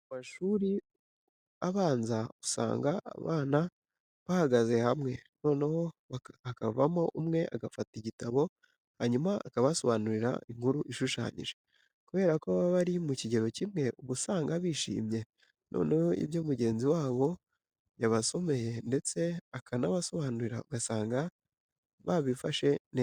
Mu mashuri abanza usanga abana bahagaze hamwe, noneho hakavamo umwe agafata igitabo hanyuma akabasobanurira inkuru ishushanyije. Kubera ko baba bari mu kigero kimwe uba usanga bishimye, noneho ibyo mugenzi wabo yabasomeye ndetse akanabasobanurira ugasanga babifashe neza.